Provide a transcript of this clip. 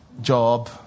job